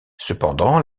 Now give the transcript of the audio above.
cependant